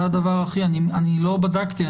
אני לא בדקתי,